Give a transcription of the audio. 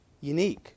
Unique